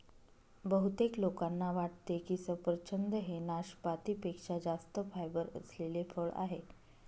बहुतेक लोकांना वाटते की सफरचंद हे नाशपाती पेक्षा जास्त फायबर असलेले फळ आहे